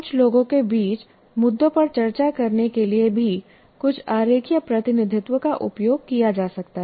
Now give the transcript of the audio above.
कुछ लोगों के बीच मुद्दों पर चर्चा करने के लिए भी कुछ आरेखीय प्रतिनिधित्व का उपयोग किया जा सकता है